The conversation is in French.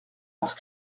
parce